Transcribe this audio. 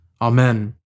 Amen